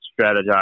strategize